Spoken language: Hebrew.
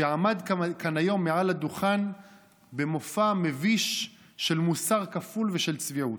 שעמד כאן היום מעל הדוכן במופע מביש של מוסר כפול ושל צביעות.